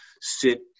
sit